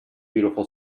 beautiful